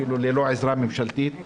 אפילו ללא עזרה ממשלתית,